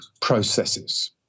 processes